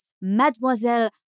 Mademoiselle